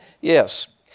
Yes